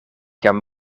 kiam